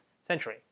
century